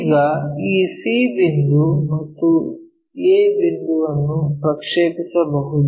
ಈಗ ಈ c ಬಿಂದು ಮತ್ತು a ಬಿಂದುವನ್ನು ಪ್ರಕ್ಷೇಪಿಸಬಹುದು